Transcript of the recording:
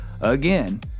again